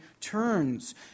turns